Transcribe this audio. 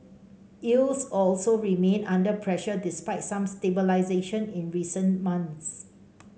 yields also remain under pressure despite some stabilisation in recent months